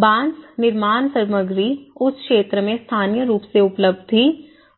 बाँस निर्माण सामग्री उस क्षेत्र में स्थानीय रूप से उपलब्ध थी